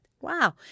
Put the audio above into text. wow